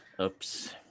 Oops